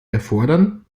erfordern